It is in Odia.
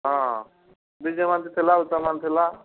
ହଁ ବିଜୟ ମହାନ୍ତି ଥିଲା ଉତ୍ତମ ମହାନ୍ତି ଥିଲା